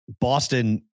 Boston